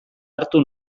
hartu